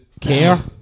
care